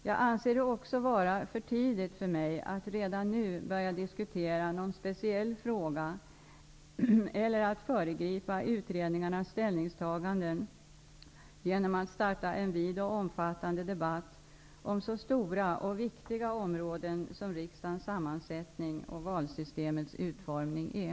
Jag anser också det vara för tidigt för mig att redan nu börja diskutera någon speciell fråga eller att föregripa utredningarnas ställningstaganden genom att starta en vid och omfattande debatt om så stora och viktiga områden som riksdagens sammansättning och valsystemets utformning är.